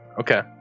Okay